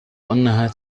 أنها